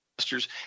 Masters